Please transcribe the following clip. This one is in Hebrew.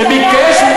שביקש מכם,